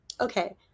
okay